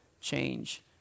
change